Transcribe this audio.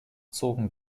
zogen